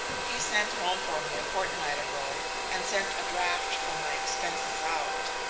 he sent home for me a fortnight ago, and sent a draft for my expenses out.